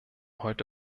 heute